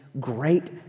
great